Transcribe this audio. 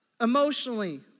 Emotionally